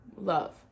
love